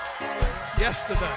Yesterday